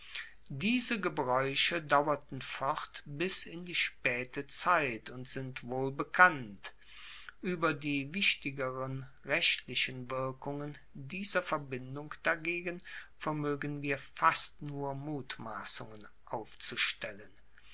diese gebraeuche dauerten fort bis in die spaete zeit und sind wohlbekannt ueber die wichtigeren rechtlichen wirkungen dieser verbindung dagegen vermoegen wir fast nur mutmassungen aufzustellen